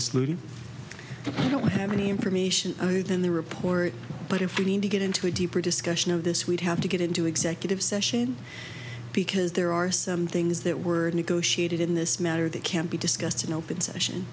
i don't have any information other than the report but if we need to get into a deeper discussion of this we'd have to get into executive session because there are some things that were negotiated in this matter that can't be discussed in open session